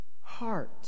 heart